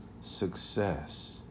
success